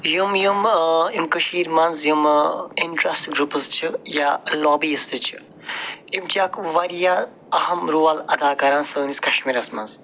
یِم یِمہٕ یِم کٲشیٖرِ منٛز یِمہٕ اِنٹرٛس گرٛوپٕس چھِ یا لابیٖز تہِ چھِ یِم چھِ اکھ وارِیاہ اَہم رول ادا کَران سٲنِس کشمیٖرس منٛز